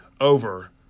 over